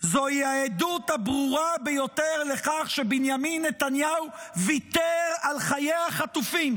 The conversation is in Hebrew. זוהי העדות הברורה ביותר לכך שבנימין נתניהו ויתר על חיי החטופים,